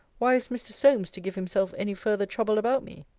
why is mr. solmes to give himself any further trouble about me?